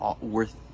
worth